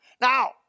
Now